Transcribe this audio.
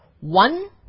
One